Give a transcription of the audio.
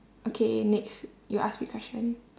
okay next you ask me question